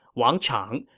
wang chang,